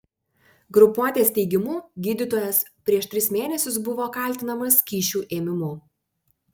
grupuotės teigimu gydytojas prieš tris mėnesius buvo kaltinamas kyšių ėmimu